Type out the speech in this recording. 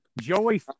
Joey